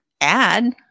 add